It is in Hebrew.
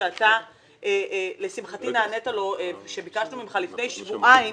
שאתה לשמחתי נענית לו עת ביקשנו ממך לפני שבועיים,